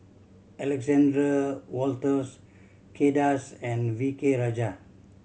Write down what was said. Alexander Wolters Kay Das and V K Rajah